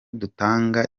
dutanga